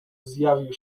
zjawił